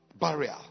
barrier